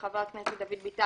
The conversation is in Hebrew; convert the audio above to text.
חבר הכנסת דוד ביטן,